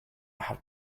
have